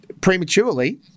Prematurely